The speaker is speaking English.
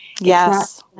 Yes